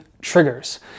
triggers